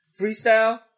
freestyle